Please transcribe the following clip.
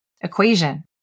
equation